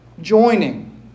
joining